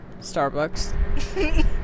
Starbucks